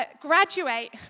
Graduate